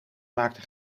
maakte